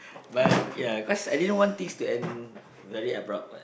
but ya cause I didn't want things to end very abrupt [what]